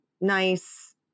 nice